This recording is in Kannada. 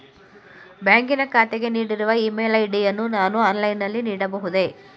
ಬ್ಯಾಂಕಿನ ಖಾತೆಗೆ ನೀಡಿರುವ ಇ ಮೇಲ್ ಐ.ಡಿ ಯನ್ನು ನಾನು ಆನ್ಲೈನ್ ನಲ್ಲಿ ನೀಡಬಹುದೇ?